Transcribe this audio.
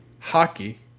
hockey